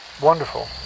Wonderful